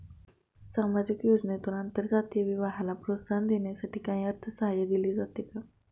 सामाजिक योजनेतून आंतरजातीय विवाहाला प्रोत्साहन देण्यासाठी काही अर्थसहाय्य दिले जाते का?